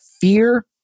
fear